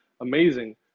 amazing